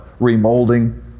remolding